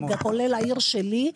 כולל העיר שלי,